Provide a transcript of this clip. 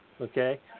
Okay